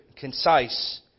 concise